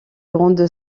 grande